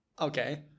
Okay